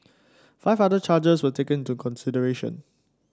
five other charges were taken into consideration